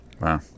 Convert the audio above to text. Wow